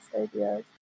ideas